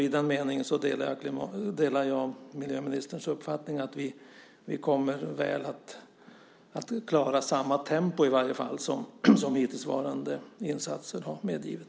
I den meningen delar jag miljöministerns uppfattning att vi kommer att väl klara i varje fall samma tempo som hittillsvarande insatser har medgivit.